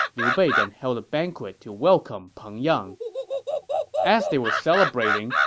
liu bei then held a banquet to welcome peng yang as they were celebrating,